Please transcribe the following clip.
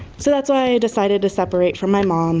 so that's why i decided to separate from my mom